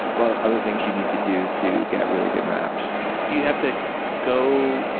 lot of other things you need to do to get really good maps. do you have to go,